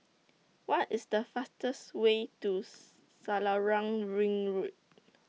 What IS The fastest Way to Selarang Ring Road